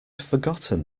forgotten